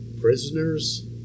prisoners